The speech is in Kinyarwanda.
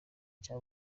cya